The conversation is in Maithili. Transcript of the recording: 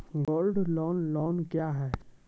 गोल्ड लोन लोन क्या हैं?